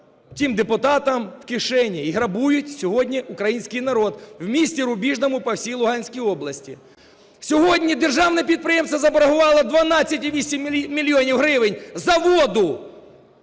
тим депутатам у кишені, і грабують сьогодні українській народ в місті Рубіжному по всій Луганській області. Сьогодні державне підприємство заборгувало 12,8 мільйонів гривень за воду.